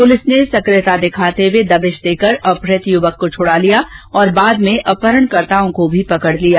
police ने सकियता दिखाते हुए दबिश देकर अपहृत युवक को छुड़ा लिया और बाद में अपहरणकर्ताओं को भी पकड़ लिया